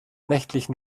nächtlichen